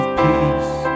peace